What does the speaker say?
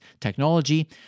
technology